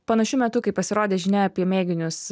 panašiu metu kai pasirodė žinia apie mėginius